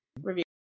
review